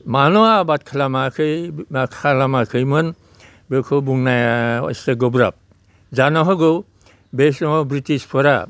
मानो आबादा खालामाखै बा खालामाखैमोन बेखौ बुंनाया एसे गोब्राब जानो हागौ बे समाव ब्रिटिसफोरा